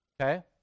Okay